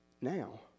now